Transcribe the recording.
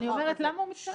אני אומרת: למה הוא מתנגד?